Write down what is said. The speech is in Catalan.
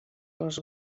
les